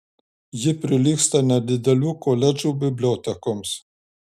ji prilygsta nedidelių koledžų bibliotekoms